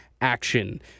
action